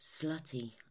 slutty